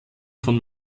von